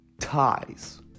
ties